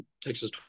Texas